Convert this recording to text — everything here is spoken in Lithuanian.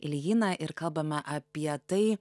iljiną ir kalbame apie tai